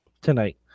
tonight